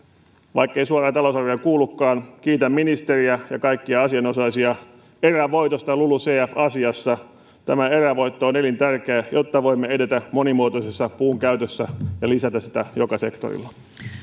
vaikkei suoraan talousarvioon kuulukaan kiitän ministeriä ja kaikkia asianosaisia erävoitosta lulucf asiassa tämä erävoitto on elintärkeä jotta voimme edetä monimuotoisessa puunkäytössä ja lisätä sitä joka sektorilla